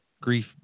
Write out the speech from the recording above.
grief